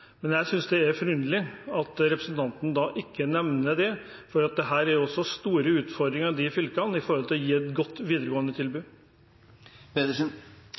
men jeg synes det er forunderlig at representanten ikke nevner det, for det er store utfordringer i disse fylkene når det gjelder å gi et godt videregående-tilbud. Det representanten Skjelstad sier, er feil. Jeg nevnte videregående